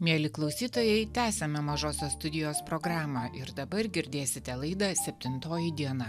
mieli klausytojai tęsiame mažosios studijos programą ir dabar girdėsite laidą septintoji diena